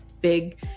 big